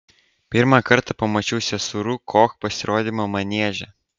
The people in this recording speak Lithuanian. pirmą kartą pamačiau seserų koch pasirodymą manieže